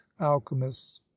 alchemists